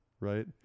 right